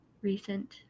Recent